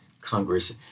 Congress